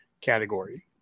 category